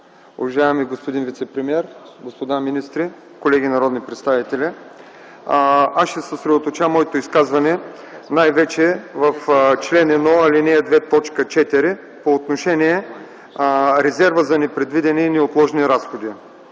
Уважаеми господин вицепремиер, господа министри, колеги народни представители! Аз ще съсредоточа моето изказване най-вече в чл. 1, ал. 2, т. 4 по отношение резерва за непредвидени и неотложни разходи.